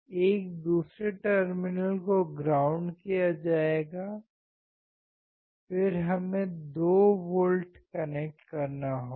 एक दूसरे टर्मिनल को ग्राउंड किया जाएगा फिर हमें 2 वोल्ट कनेक्ट करना होगा